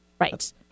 right